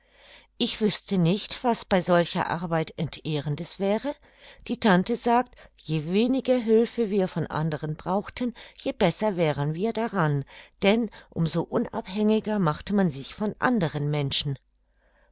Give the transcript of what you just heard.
ich wüßte nicht was bei solcher arbeit entehrendes wäre die tante sagt je weniger hülfe wir von anderen brauchten je besser wären wir daran denn um so unabhängiger machte man sich von anderen menschen